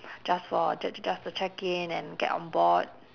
just for j~ just to check in and get on board